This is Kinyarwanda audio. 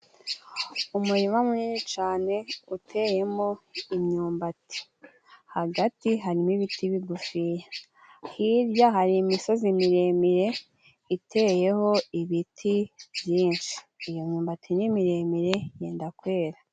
Umurima munini cane uteyemo imyumbati. Hagati harimo ibiti bigufiya. Hirya hari imisozi miremire iteyeho ibiti byinshi. Iyo myumbati ni miremire yenda kwera.